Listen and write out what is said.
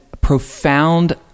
profound